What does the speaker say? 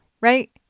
right